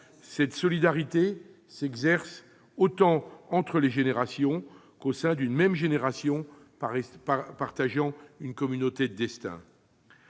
doit autant s'exercer entre les générations qu'au sein d'une même génération partageant une communauté de destin.